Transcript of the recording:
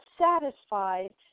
satisfied